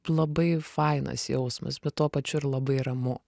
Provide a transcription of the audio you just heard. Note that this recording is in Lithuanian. labai fainas jausmas bet tuo pačiu ir labai ramu